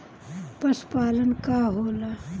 पशुपलन का होला?